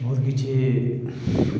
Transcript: ବହୁତ କିଛି